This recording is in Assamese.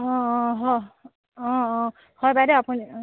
অঁ অঁ হয় অঁ অঁ হয় বাইদেউ আপুনি অঁ